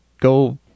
go